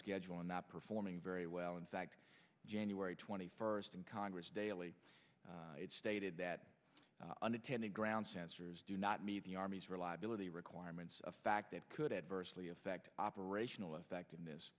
schedule and not performing very well in fact january twenty first and congress daily stated that unintended ground sensors do not meet the army's reliability requirements of fact that could adversely affect operational effectiveness